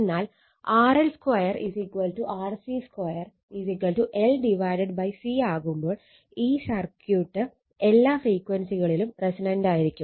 എന്നാൽ RL2 RC2 L C ആവുമ്പോൾ ഈ സർക്യൂട്ട് എല്ലാ ഫ്രീക്വൻസികളിലും റെസൊണന്റായിരിക്കും